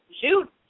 shoot